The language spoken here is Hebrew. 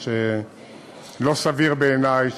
מה שלא סביר בעיני,